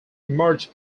merged